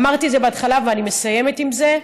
אמרתי את זה בהתחלה, ואני מסיימת עם זה.